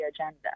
agenda